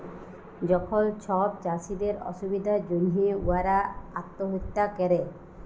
যখল ছব চাষীদের অসুবিধার জ্যনহে উয়ারা আত্যহত্যা ক্যরে